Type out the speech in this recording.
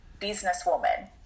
businesswoman